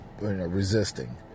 resisting